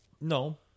No